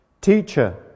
Teacher